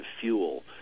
fuel